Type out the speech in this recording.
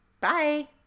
Bye